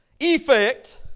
effect